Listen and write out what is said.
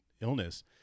illness